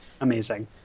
amazing